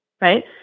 right